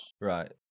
Right